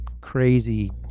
crazy